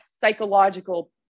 psychological